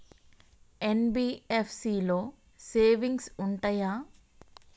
NBFC లో savings ఉంటయా?